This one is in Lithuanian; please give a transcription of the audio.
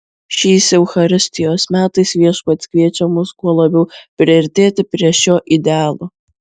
šiais eucharistijos metais viešpats kviečia mus kuo labiau priartėti prie šio idealo